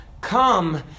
come